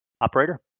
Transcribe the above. Operator